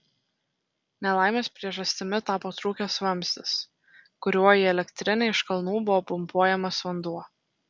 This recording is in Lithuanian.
nelaimės priežastimi tapo trūkęs vamzdis kuriuo į elektrinę iš kalnų buvo pumpuojamas vanduo